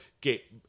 que